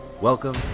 Welcome